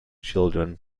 children